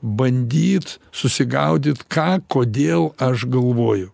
bandyt susigaudyt ką kodėl aš galvoju